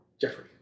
Jeffrey